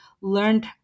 learned